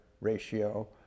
ratio